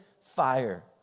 fire